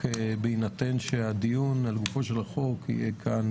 בהינתן שהדיון על גופו של החוק יהיה כאן